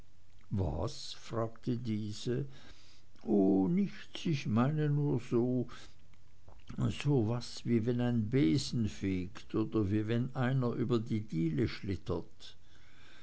was fragte diese oh nichts ich meine nur so so was wie wenn ein besen fegt oder wie wenn einer über die diele schlittert